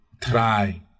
try